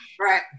Right